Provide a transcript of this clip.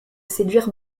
séduire